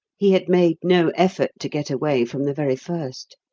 he had made no effort to get away from the very first.